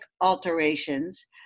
alterations